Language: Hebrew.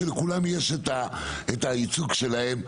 כשלכולם יש את הייצוג שלהם.